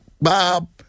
Bob